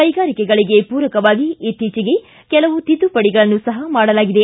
ಕೈಗಾರಿಕೆಗಳಿಗೆ ಪೂರಕವಾಗಿ ಇತ್ತೀಚೆಗೆ ಕೆಲವು ತಿದ್ದುಪಡಿಗಳನ್ನು ಸಹ ಮಾಡಲಾಗಿದೆ